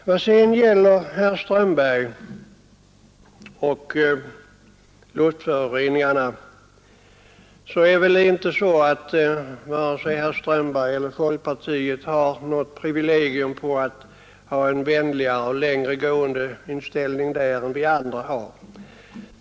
I vad sedan gäller herr Strömbergs inlägg om luftföroreningarna så har väl varken herr Strömberg eller folkpartiet något privilegium på en vänligare och längre gående inställning till åtgärder mot luftföroreningar än vad vi andra har.